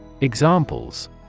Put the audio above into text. Examples